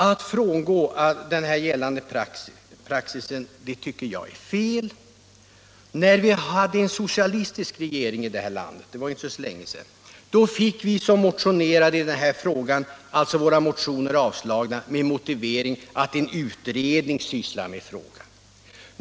Att frångå gällande praxis tycker jag är fel. När vi hade en socialistisk regering i det här landet — det är ju inte så länge sedan —- fick vi som motionerade i denna fråga våra motioner avslagna med motiveringen att en utredning sysslar med frågan.